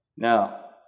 Now